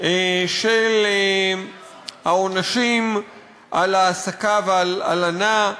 של העונשים על העסקה ועל הלנה?